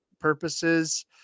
purposes